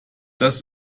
das